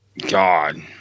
god